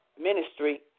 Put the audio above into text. Ministry